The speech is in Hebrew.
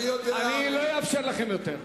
אני לא אאפשר לכם יותר.